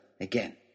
again